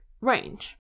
range